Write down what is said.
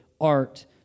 art